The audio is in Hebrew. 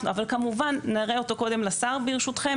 אבל כמובן נראה אותו קודם לשר ברשותכם